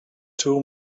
two